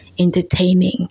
entertaining